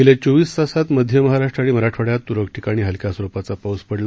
गेल्या चोविस तासात मध्य महाराष्ट्र आणि मराठवाड्यात त्रळक ठिकाणी हलक्या स्वरुपाचा पाऊस पडला